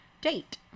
date